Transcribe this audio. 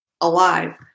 alive